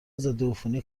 ضدعفونی